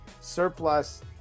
surplus